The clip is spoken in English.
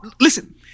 listen